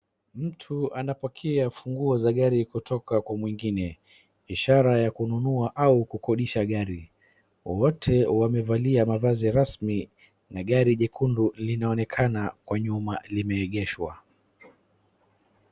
Mtu anapokea funguo za gari kutoka kwa mwingine, ishara ya kununua au kukodisha gari, wote wamevalia mavazi rasmi na gari jekundu linaonekana kwa nyuma limeegeshwa.